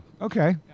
okay